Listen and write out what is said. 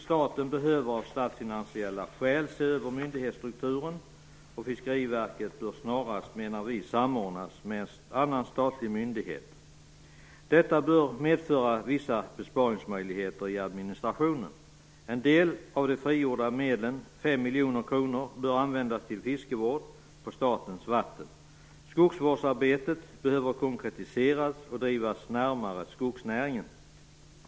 Staten behöver av statsfinansiella skäl se över myndighetsstrukturen, och Fiskeriverket bör snarast, menar vi, samordnas med annan statlig myndighet. Detta bör medföra vissa besparingsmöjligheter i administrationen. En del av de frigjorda medlen, 5 miljoner kronor, bör användas till fiskevård på statens vatten. Skogsvårdsarbetet behöver konkretiseras och drivas närmare skogsnäringen.